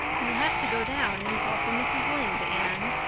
you'll have to go down and call for mrs. lynde, anne,